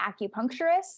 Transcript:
acupuncturist